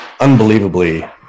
unbelievably